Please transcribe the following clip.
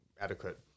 adequate